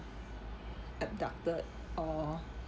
abducted or